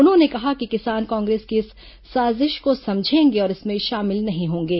उन्होंने कहा कि किसान कांग्रेस की इस साजिश को समझेंगे और इसमें शामिल नहीं होंगे